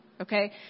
Okay